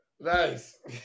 nice